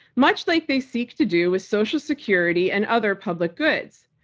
much like they seek to do with social security and other public goods.